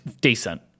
decent